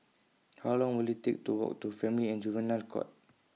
How Long Will IT Take to Walk to Family and Juvenile Court